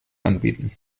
anbieten